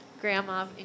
grandma